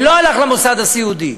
ולא הלך למוסד סיעודי,